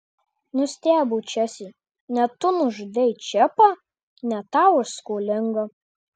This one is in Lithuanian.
nustebo česė ne tu nužudei čepą ne tau aš skolinga